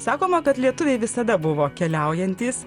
sakoma kad lietuviai visada buvo keliaujantys